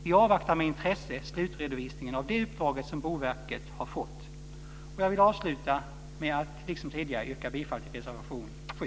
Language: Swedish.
Vi avvaktar med intresse slutredovisningen av det uppdrag som Boverket har fått. Jag vill avsluta med att liksom tidigare yrka bifall till reservation 7.